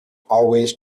always